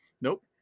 nope